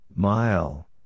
Mile